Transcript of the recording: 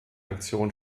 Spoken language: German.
aktion